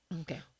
Okay